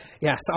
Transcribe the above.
yes